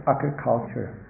Agriculture